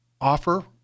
offer